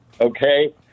okay